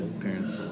parents